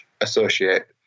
associate